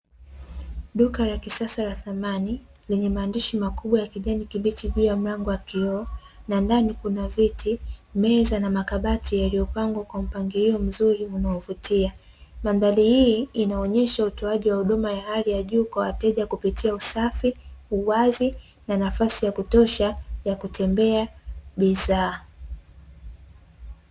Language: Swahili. Duka la kisasa la samani, lenye maandishi makubwa ya kijani kibichi juu ya mlango wa kioo, na ndani kuna viti, meza na makabati, yaliyopangwa kwa mpangilio mzuri unaovutia. Mandhari hii inaonyesha utoaji wa huduma ya hali ya juu kwa wateja kupitia usafi, uwazi na nafasi ya kutosha ya kutembea bidhaa.